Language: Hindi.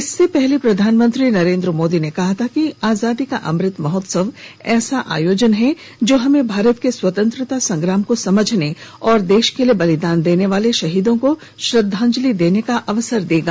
इससे पहले प्रधानमंत्री नरेन्द्र मोदी ने कहा था कि आजादी का अमृत महोत्सव ऐसा आयोजन है जो हमें भारत के स्वतंत्रता संग्राम को समझने और देश के लिए बलिदान देर्न वाले शहीदों को श्रद्वांजलि का अवसर देगा